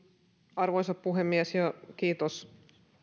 arvoisa puhemies kiitos